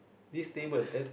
this table there's